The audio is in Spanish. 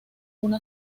una